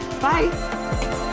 bye